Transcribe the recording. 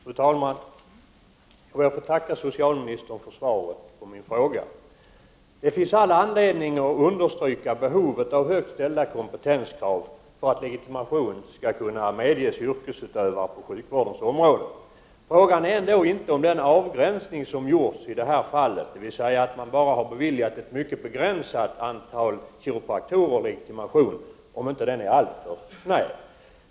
Fru talman! Jag ber att få tacka socialministern för svaret på min fråga. Det finns all anledning att understryka behovet av högt ställda kompetenskrav för att legitimation skall kunna medges yrkesutövare på sjukvårdens område. Frågan är ändå om inte den avgränsning som har gjorts i det här fallet — dvs. att man bara har beviljat ett mycket begränsat antal kiropraktorer legitimation — är alltför snäv.